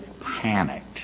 panicked